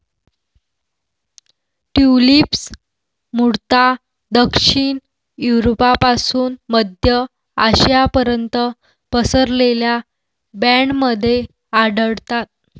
tulips मूळतः दक्षिण युरोपपासून मध्य आशियापर्यंत पसरलेल्या बँडमध्ये आढळतात